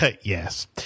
Yes